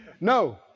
No